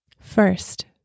First